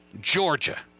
Georgia